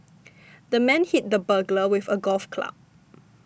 the man hit the burglar with a golf club